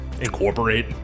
incorporate